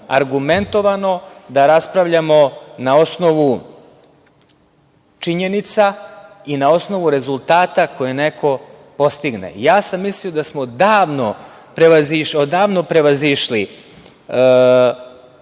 argumentovano, da raspravljamo na osnovu činjenica i na osnovu rezultata koje neko postigne. Ja sam mislio da smo davno prevazišli